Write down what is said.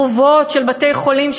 החובות של בתי-חולים,